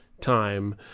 time